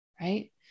Right